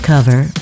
cover